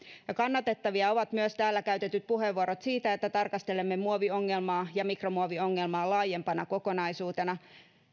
ja kannatettavia ovat myös täällä käytetyt puheenvuorot siitä että tarkastelemme muoviongelmaa ja mikromuoviongelmaa laajempana kokonaisuutena